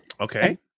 Okay